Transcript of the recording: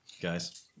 guys